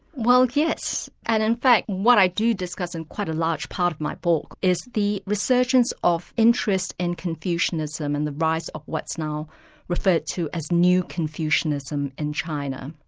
well yes, and in fact what i do discuss in quite a large part of my book, is the resurgence of interest in confucianism, and the rise of what's now referred to as new confucianism in china.